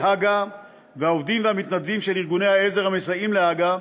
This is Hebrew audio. הג"א והעובדים והמתנדבים של ארגוני העזר המסייעים להג"א,